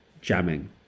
jamming